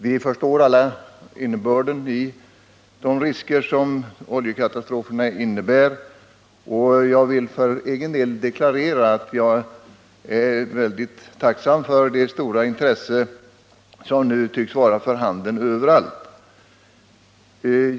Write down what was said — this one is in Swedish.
Vi förstår alla innebörden av de risker som oljekatastrofer innebär, och jag vill för egen del deklarera att jag är mycket tacksam för det stora intresse som nu tycks vara för handen överallt.